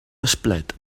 esplet